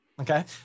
okay